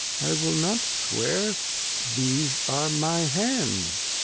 i will not swear these are my hands.